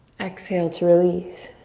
exhale to release.